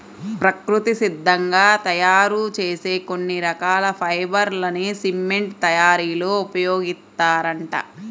ప్రకృతి సిద్ధంగా తయ్యారు చేసే కొన్ని రకాల ఫైబర్ లని సిమెంట్ తయ్యారీలో ఉపయోగిత్తారంట